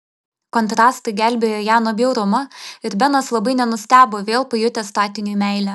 kontrastai gelbėjo ją nuo bjaurumo ir benas labai nenustebo vėl pajutęs statiniui meilę